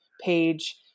page